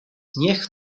niech